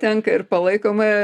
tenka ir palaikomąją